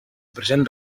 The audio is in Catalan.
present